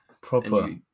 Proper